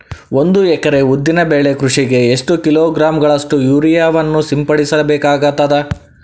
ಒಂದು ಎಕರೆ ಉದ್ದಿನ ಬೆಳೆ ಕೃಷಿಗೆ ಎಷ್ಟು ಕಿಲೋಗ್ರಾಂ ಗಳಷ್ಟು ಯೂರಿಯಾವನ್ನು ಸಿಂಪಡಸ ಬೇಕಾಗತದಾ?